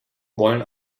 wollen